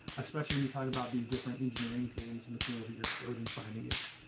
especially when you talk about these different engineering teams looking over your code and finding issues.